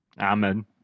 Amen